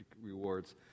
rewards